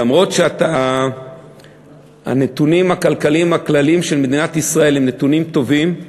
אף-על-פי שהנתונים הכלכליים הכלליים של מדינת ישראל הם נתונים יפים,